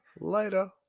Later